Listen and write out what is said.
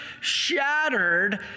shattered